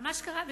אבל מה שקרה,